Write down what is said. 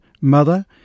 mother